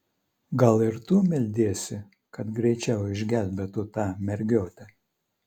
gal ir tu meldiesi kad greičiau išgelbėtų tą mergiotę